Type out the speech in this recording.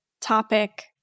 topic